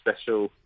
special